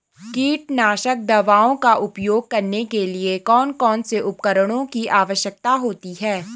कीटनाशक दवाओं का उपयोग करने के लिए कौन कौन से उपकरणों की आवश्यकता होती है?